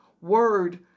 word